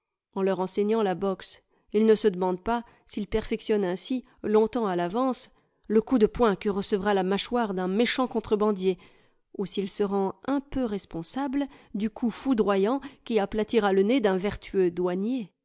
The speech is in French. en leur enseignant la boxe il ne se demande pas s'il perfectionne ainsi longtemps à tavance le coup de poing que recevra la mâchoire d'un méchant contrebandier ou s'il se rend un peu responsable du coup foudroyant qui aplatira le nez d'un vertueux douanier